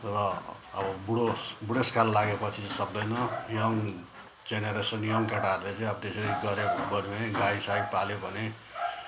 र अब बुढो बुढेसकाल लागेपछि चाहिँ सक्दैन यङ जेनरेसन यङ केटाहरूले चाहिँ अब त्यसरी गऱ्यो भने गर्ने गाई साई पाल्यो भने